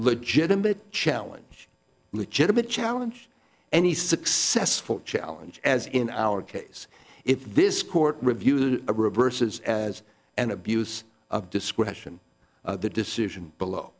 legitimate challenge legitimate challenge any successful challenge as in our case if this court review reverses as an abuse of discretion the decision below